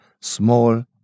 small